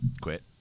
Quit